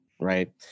right